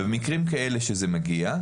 ובמקרים כאלה שזה מגיע,